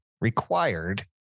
required